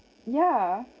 yeah